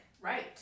Right